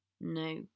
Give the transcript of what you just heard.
No